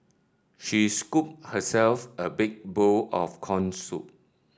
she scooped herself a big bowl of corn soup